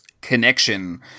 connection